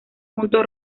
punto